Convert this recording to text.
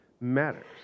matters